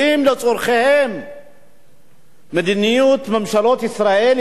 מדיניות ממשלות ישראל הביאה אותם למצב כמעט בלתי אפשרי.